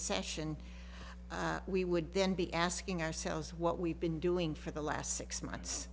session we would then be asking ourselves what we've been doing for the last six months